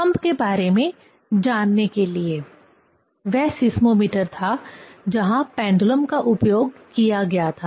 भूकंप के बारे में जानने के लिए वह सीस्मोमीटर था जहां पेंडुलम का उपयोग किया गया था